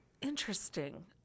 Interesting